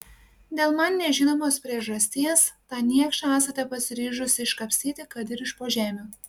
dėl man nežinomos priežasties tą niekšą esate pasiryžusi iškapstyti kad ir iš po žemių